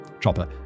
Chopper